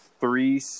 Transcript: three